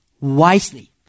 wisely